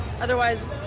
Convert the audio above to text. otherwise